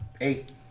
eight